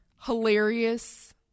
hilarious